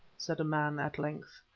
said a man, at length.